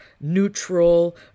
neutral